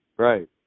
Right